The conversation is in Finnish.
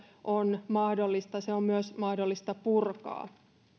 on mahdollista myös purkaa